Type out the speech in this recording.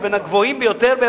בין הגבוהים באירופה.